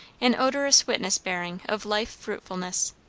an odorous witness-bearing of life fruitfulness,